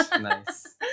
Nice